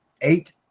eight